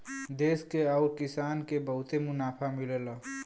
देस के आउर किसान के बहुते मुनाफा मिलला